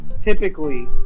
typically